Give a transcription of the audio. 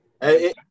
Hey